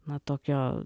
na tokio